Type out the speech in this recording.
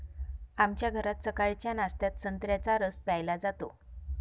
आमच्या घरात सकाळच्या नाश्त्यात संत्र्याचा रस प्यायला जातो